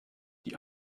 die